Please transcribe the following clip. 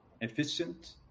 efficient